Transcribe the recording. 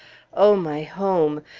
o my home!